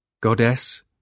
Goddess